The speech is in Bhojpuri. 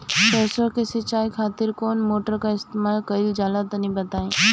सरसो के सिंचाई खातिर कौन मोटर का इस्तेमाल करल जाला तनि बताई?